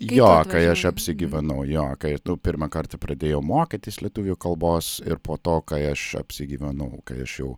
jo kai aš apsigyvenau jo kai nu pirmą kartą pradėjau mokytis lietuvių kalbos ir po to kai aš apsigyvenau kai aš jau